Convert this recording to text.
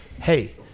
Hey